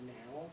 now